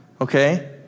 okay